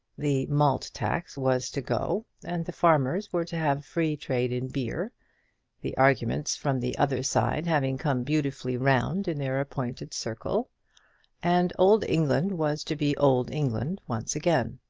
the malt tax was to go, and the farmers were to have free trade in beer the arguments from the other side having come beautifully round in their appointed circle and old england was to be old england once again.